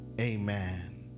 amen